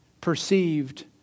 perceived